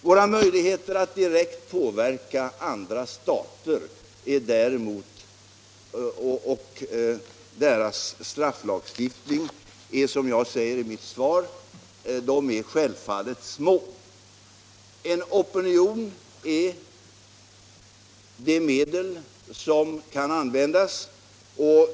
Våra möjligheter att direkt påverka andra stater och deras strafflagstiftning är, som jag säger i mitt svar, självfallet små. Opinionsbildning är det medel som kan användas.